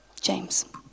James